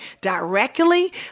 directly